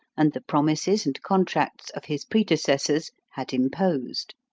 and the promises and contracts of his predecessors, had imposed.